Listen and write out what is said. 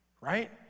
right